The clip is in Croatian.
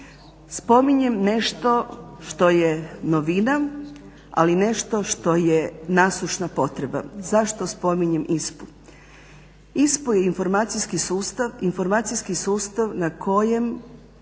spominjem nešto što je novina ali nešto što je nasušna potreba. Zašto spominjem ISPU? ISPU je informacijski sustav na kojem